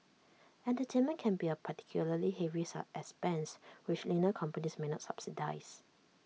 entertainment can be A particularly heavy expense which leaner companies may not subsidise